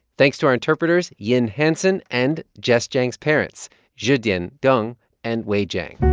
thanks to our interpreters yin hanson and jess jiang's parents zhidian deng and wei jiang.